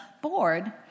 board